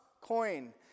coin